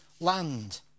land